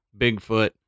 Bigfoot